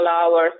hours